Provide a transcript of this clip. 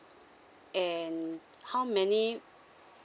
and how many